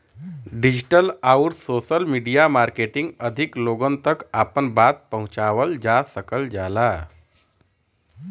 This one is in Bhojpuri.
डिजिटल आउर सोशल मीडिया मार्केटिंग अधिक लोगन तक आपन बात पहुंचावल जा सकल जाला